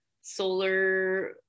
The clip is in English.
solar